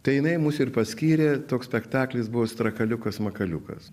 tai jinai mus ir paskyrė toks spektaklis buvo strakaliukas makaliukas